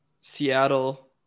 seattle